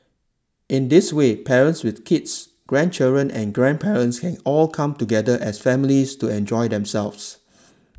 in this way parents with kids grandchildren and grandparents can all come together as families to enjoy themselves